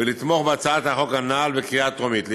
ולתמוך בהצעת החוק הנ"ל בקריאה טרומית.